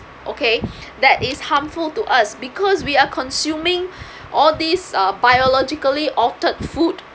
okay that is harmful to us because we are consuming all these uh biologically altered food